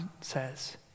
says